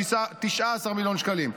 19 מיליון שקלים,